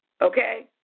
okay